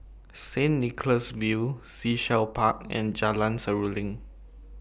Saint Nicholas View Sea Shell Park and Jalan Seruling